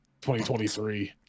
2023